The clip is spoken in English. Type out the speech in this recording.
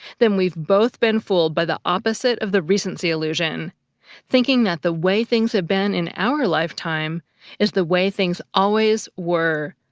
then we've both been fooled by the opposite of the recency illusion thinking that the way things have been in our lifetime is the way things always were,